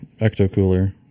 Ecto-cooler